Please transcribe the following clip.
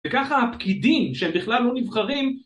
וככה הפקידים שהם בכלל לא נבחרים